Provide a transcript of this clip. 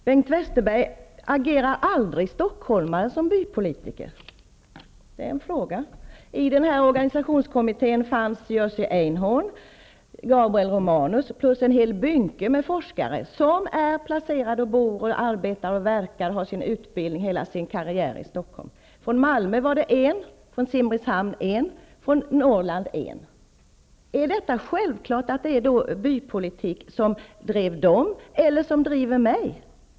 Fru talman! Agerar aldrig stockholmare, Bengt Gabriel Romanus plus en hel ''bynke'' med forskare som är placerade i Stockholm. Dessa bor och verkar i Stockholm och har hela sin utbildning och karriär förlagd till Stockholm. Från vartdera Malmö, Simrishamn och Norrland fanns det endast en representant. Är det självklart att det är bypolitik som drev dessa, eller som driver mig?